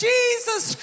Jesus